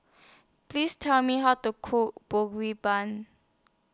Please Tell Me How to Cook